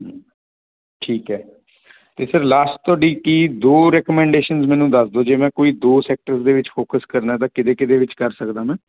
ਠੀਕ ਹੈ ਅਤੇ ਸਰ ਲਾਸਟ ਤੁਹਾਡੀ ਕੀ ਦੋ ਰਿਕਮੈਂਡੇਸ਼ਨ ਮੈਨੂੰ ਦੱਸ ਦਿਓ ਜੇ ਮੈਂ ਕੋਈ ਦੋ ਸੈਕਟਰਸ ਦੇ ਵਿੱਚ ਫੋਕਸ ਕਰਨਾ ਤਾਂ ਕਿਹਦੇ ਕਿਹਦੇ ਵਿੱਚ ਕਰ ਸਕਦਾ ਮੈਂ